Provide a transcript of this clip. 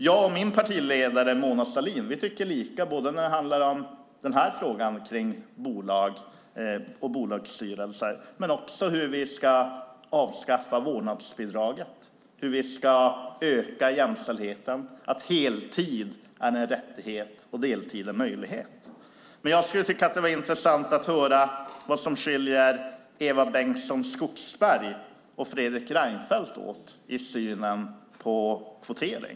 Jag och min partiledare Mona Sahlin tycker lika när det handlar om bolag och bolagsstyrelser och också när det handlar om hur vi ska avskaffa vårdnadsbidraget och öka jämställdheten och om att heltid är en rättighet och deltid en möjlighet. Det skulle vara intressant att få höra vad det är som skiljer mellan Eva Bengtson Skogsbergs och Fredrik Reinfeldts syn på kvotering.